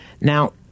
Now